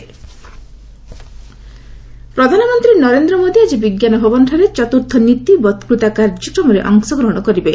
PM NITI ପ୍ରଧାନମନ୍ତ୍ରୀ ନରେନ୍ଦ୍ର ମୋଦି ଆଜି ବିଜ୍ଞାନ ଭବନଠାରେ ଚତୁର୍ଥ ନୀତି ବକ୍ତୁତା କାର୍ଯ୍ୟକ୍ମରେ ଅଂଶଗ୍ହଣ କରିବେ